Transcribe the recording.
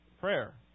prayer